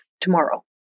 tomorrow